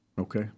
Okay